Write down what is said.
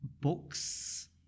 Books